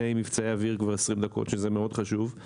מבצעי אוויר כבר 20 דקות שזה מאוד חשוב,